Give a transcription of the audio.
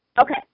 Okay